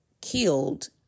killed